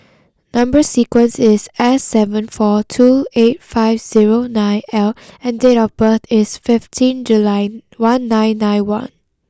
number sequence is S seven four two eight five zero nine L and date of birth is fifteen July one nine nine one